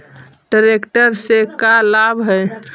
Tractor से का लाभ है?